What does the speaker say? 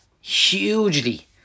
hugely